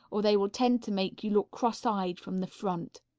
or they will tend to make you look crosseyed from the front.